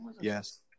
Yes